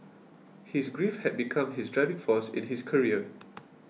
his grief had become his driving force in his career